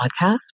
podcast